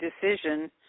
decision